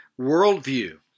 worldview